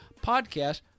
podcast